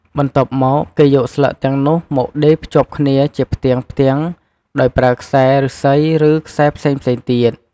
បន្ទាប់មក គេយកស្លឹកទាំងនោះមកដេរភ្ជាប់គ្នាជាផ្ទាំងៗដោយប្រើខ្សែឫស្សី ឬខ្សែផ្សេងៗទៀត។